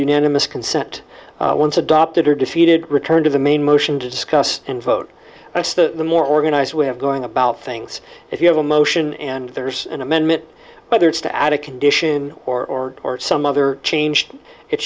unanimous consent once adopted or defeated return to the main motion to discuss and vote that's the more organized way of going about things if you have a motion and there's an amendment whether it's to add a condition or some other changed i